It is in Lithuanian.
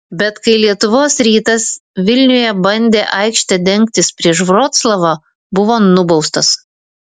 bet kai lietuvos rytas vilniuje bandė aikšte dengtis prieš vroclavą buvo nubaustas